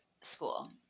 school